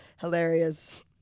Hilarious